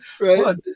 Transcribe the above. right